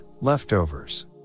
leftovers